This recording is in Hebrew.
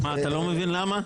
מה, אתה לא מבין למה?